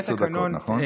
עשר דקות, נכון?